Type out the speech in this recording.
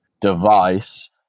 device